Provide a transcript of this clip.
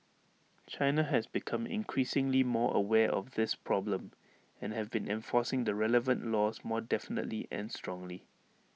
China has become increasingly more aware of this problem and have been enforcing the relevant laws more definitely and strongly